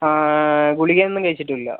ഗുളികയൊന്നും കഴിച്ചിട്ടും ഇല്ല